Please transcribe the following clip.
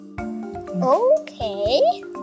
Okay